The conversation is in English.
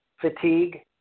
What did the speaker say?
fatigue